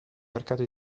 mercato